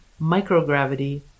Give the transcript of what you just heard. microgravity